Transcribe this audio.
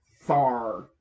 far